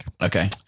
Okay